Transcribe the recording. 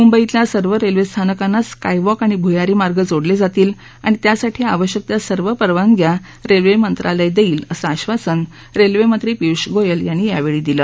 मुंबईतल्या सर्व रेल्वे स्थानकांना स्कायवॉक आणि भुयारी मार्ग जोडले जातील आणि त्यासाठी आवश्यक त्या सर्व परवानग्या रेल्वे मंत्रालय देईल असं आश्वासन रेल्वेमंत्री पियुष गोयल यांनी यावेळी दिलं